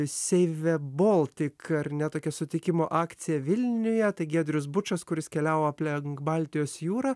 siaiviaboltik ar ne tokia sutikimo akcija vilniuje tai giedrius bučas kuris keliavo aplenk baltijos jūrą